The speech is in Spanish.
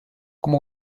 como